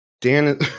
Dan